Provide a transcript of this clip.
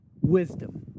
wisdom